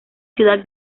ciudad